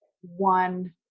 one